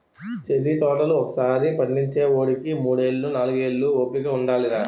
cherry తోటలు ఒకసారి పండించేవోడికి మూడేళ్ళు, నాలుగేళ్ళు ఓపిక ఉండాలిరా